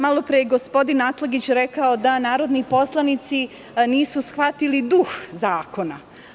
Malopre je gospodin Atlagić rekao da narodni poslanici nisu shvatili duh zakona.